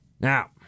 Now